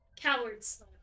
Cowards